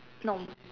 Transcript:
no